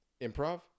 improv